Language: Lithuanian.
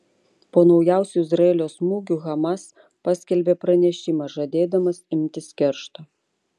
po naujausių izraelio smūgių hamas paskelbė pranešimą žadėdamas imtis keršto